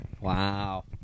Wow